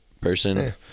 person